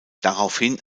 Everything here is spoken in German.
daraufhin